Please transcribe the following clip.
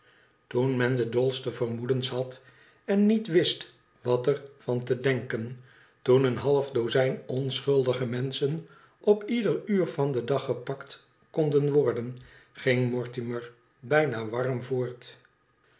toen men de dolste vermoedens had en niet wist wat er van te deaken toen een half dozijn onschuldige menschen op ieder uur van den dag gepakt konden worden ging mortimer bijna warm voort